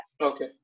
Okay